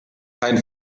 kein